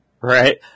right